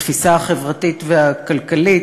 בתפיסה החברתית והכלכלית.